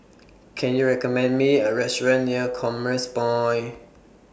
Can YOU recommend Me A Restaurant near Commerce Point